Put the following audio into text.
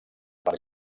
per